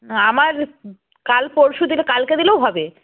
আমার কাল পরশু দিলে কালকে দিলেও হবে